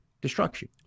destruction